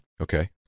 Okay